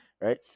right